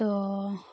तो